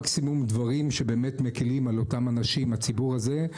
מקסימום דברים שבאמת מקלים על אותם אנשים מהציבור הזה.